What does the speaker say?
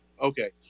Okay